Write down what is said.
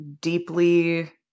deeply